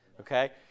okay